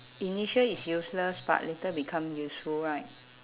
initial it's useless but later become useful right